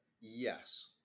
Yes